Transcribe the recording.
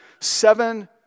seven